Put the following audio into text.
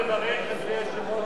אפשר לעלות ולברך, אדוני היושב-ראש?